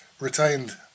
retained